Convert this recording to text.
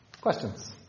questions